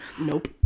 Nope